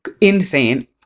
insane